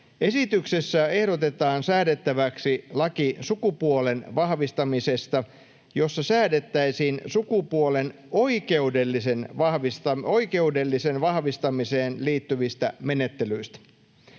Esityksessä ehdotetaan säädettäväksi laki sukupuolen vahvistamisesta, jossa säädettäisiin sukupuolen oikeudelliseen vahvistamiseen liittyvistä menettelyistä.